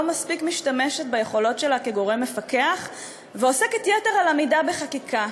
מספיק משתמשת ביכולות שלה כגורם מפקח ועוסקת יתר על המידה בחקיקה,